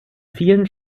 vielen